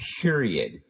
Period